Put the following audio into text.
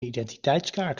identiteitskaart